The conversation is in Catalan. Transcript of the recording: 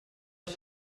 els